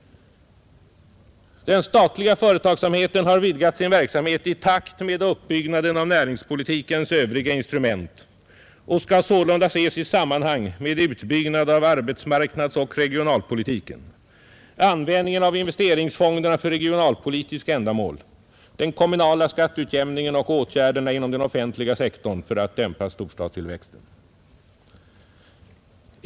Den statliga företagsamheten har vidgat sin verksamhet i takt med uppbyggande av näringspolitikens övriga instrument och skall sålunda ses i sammanhang med utbyggnaden av arbetsmarknadsoch regionalpolitiken, användningen av investeringsfonderna för regionalpolitiska ändamål, den kommunala skatteutjämningen och åtgärderna inom den offentliga sektorn för att dämpa storstadstillväxten.